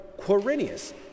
Quirinius